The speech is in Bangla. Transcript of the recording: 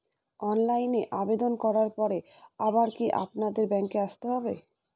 অনলাইনে আবেদন করার পরে আবার কি আপনাদের ব্যাঙ্কে আসতে হবে?